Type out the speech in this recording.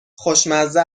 خوشمزه